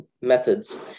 Methods